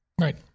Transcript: Right